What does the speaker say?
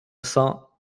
cent